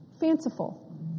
fanciful